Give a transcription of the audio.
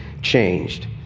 changed